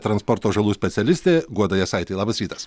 transporto žalų specialistė guoda jasaitė labas rytas